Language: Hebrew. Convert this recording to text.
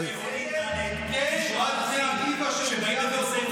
ותנועת בני עקיבא, שמגיעה באוטובוסים,